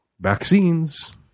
vaccines